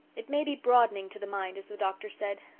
it may be broadening to the mind, as the doctor said,